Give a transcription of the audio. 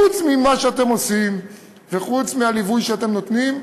חוץ ממה שאתם עושים וחוץ מהליווי שאתם נותנים,